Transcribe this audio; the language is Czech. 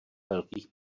velkých